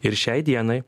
ir šiai dienai